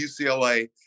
UCLA